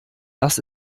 das